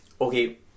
Okay